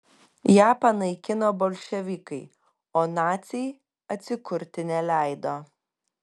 ją panaikino bolševikai o naciai atsikurti neleido